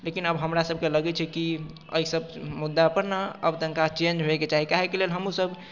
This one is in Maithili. लेकिन आब हमरासभके लगैत छै कि एहिसभ मुद्दापर न आब तनिका चेंज होइके चाही काहेके लेल हमहूँसभ